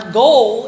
goal